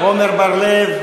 עמר בר-לב?